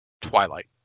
twilight